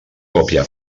còpia